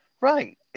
Right